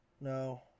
No